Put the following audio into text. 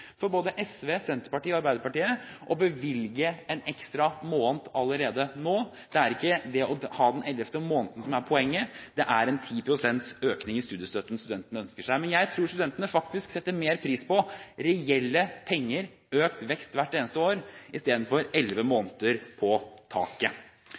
for både SV, Senterpartiet og Arbeiderpartiet å bevilge til en ekstra måned allerede nå. Det er ikke det å ha den ellevte måneden som er poenget, det er en 10 pst. økning i studiestøtten studentene ønsker seg. Jeg tror studentene setter pris på reelle penger, økt vekst hvert eneste år, i stedet for elleve